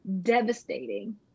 devastating